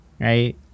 right